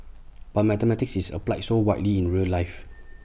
but mathematics is applied so widely in real life